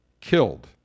killed